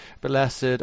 blessed